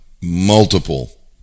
multiple